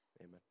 Amen